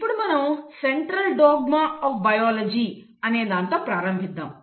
ఇప్పుడు మనం central dogma of biology అనే దాంతో ప్రారంభిద్దాం